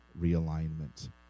realignment